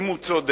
אם הוא צודק.